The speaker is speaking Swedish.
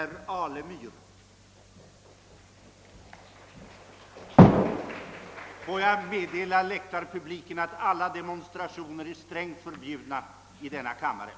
Jag får meddela läktarpubliken att alla demonstrationer i denna kammare är strängt förbjudna.